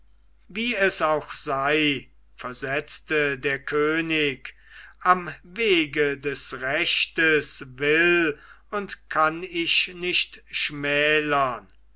wie es auch sei versetzte der könig am wege des rechtes will und kann ich nicht schmälern